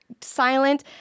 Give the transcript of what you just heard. Silent